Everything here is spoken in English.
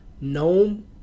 Gnome